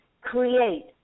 Create